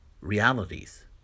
realities